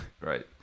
right